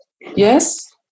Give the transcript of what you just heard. Yes